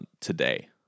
today